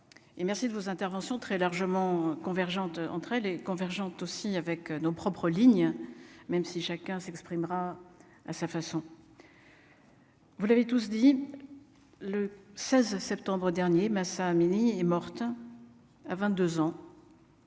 merci de vos interventions très largement convergentes entre les convergentes aussi avec nos propres lignes même si chacun s'exprimera à sa façon. Vous l'avez tous dit le 16 septembre dernier Mahsa Amini est morte à 22 ans